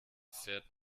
fährt